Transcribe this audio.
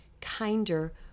kinder